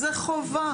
זאת חובה.